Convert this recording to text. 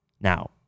Now